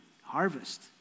harvest